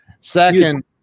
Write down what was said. Second